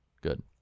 Good